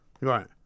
right